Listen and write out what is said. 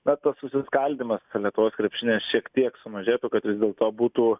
na tas susiskaldymas lietuvos krepšinyje šiek tiek sumažėtų kad vis dėlto būtų